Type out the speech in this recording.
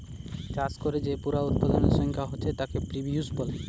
চাষ কোরে যে পুরা উৎপাদনের সংখ্যা হচ্ছে তাকে প্রডিউস বলে